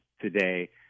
today